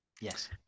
Yes